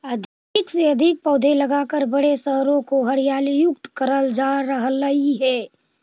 अधिक से अधिक पौधे लगाकर बड़े शहरों को हरियाली युक्त करल जा रहलइ हे